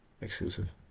exclusive